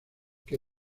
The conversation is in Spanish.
que